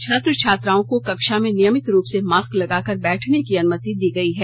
छात्र छात्राओं को कक्षा में नियमित रूप से मास्क लगाकर बैठने की अनुमति दी गयी है